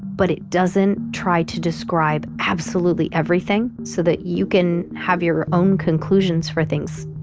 but it doesn't try to describe absolutely everything, so that you can have your own conclusions for things.